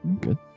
good